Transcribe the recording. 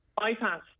bypass